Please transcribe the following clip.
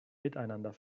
miteinander